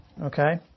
Okay